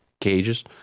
...cages